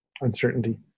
uncertainty